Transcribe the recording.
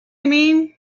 mean